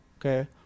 okay